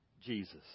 Jesus